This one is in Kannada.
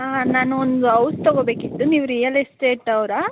ಹಾಂ ನಾನು ಒಂದು ಹೌಸ್ ತಗೋಬೇಕಿತ್ತು ನೀವು ರಿಯಲ್ ಎಸ್ಟೇಟವರಾ